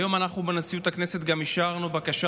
היום אנחנו בנשיאות הכנסת גם אישרנו בקשה